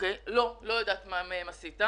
אני לא יודעת מה מהם עשית.